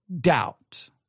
doubt